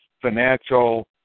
financial